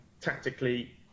tactically